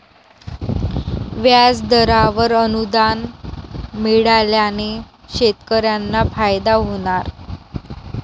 व्याजदरावर अनुदान मिळाल्याने शेतकऱ्यांना फायदा होणार